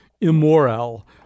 Immoral